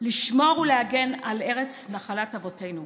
לשמור ולהגן על ארץ נחלת אבותינו.